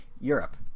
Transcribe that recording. Europe